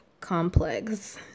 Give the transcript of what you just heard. complex